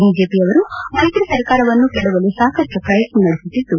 ಬಿಜೆಪಿಯವರು ಮೈತ್ರಿ ಸರಕಾರವನ್ನು ಕೆಡವಲು ಸಾಕಷ್ಟು ಪ್ರಯತ್ನ ನಡೆಸುತ್ತಿದ್ದು